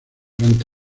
levante